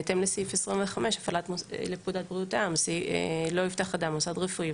בהתאם לסעיף 25 לפקודת בריאות העם: "לא יפתח אדם מוסד רפואי,